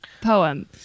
poem